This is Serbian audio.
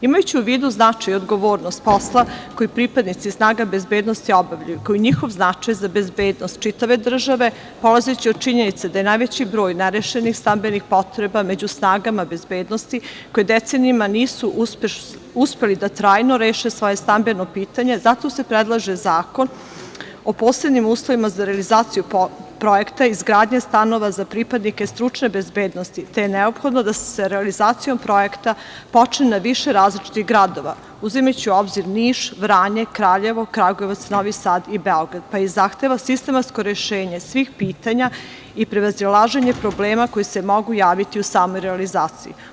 Imajući u vidu značaj i odgovornost posla koji pripadnici snaga bezbednosti obavljaju, kao i njihov značaj za bezbednost čitave države, polazeći od činjenice da je najveći broj nerešenih stambenih potreba među snagama bezbednosti, koji decenijama nisu trajno uspeli da reše svoje stambeno pitanje, zato se predlaže Zakon o posebnim uslovima za realizaciju projekta izgradnje stanova za pripadnike stručne bezbednosti, te je neophodno da se realizacijom projekta počne u više različitih gradova, uzimajući u obzir Niš, Vranje, Kraljevo, Kragujevac, Novi Sad i Beograd, pa i zahteva sistematsko rešenje svih pitanja i prevazilaženja problema koji se mogu javiti u samoj realizaciji.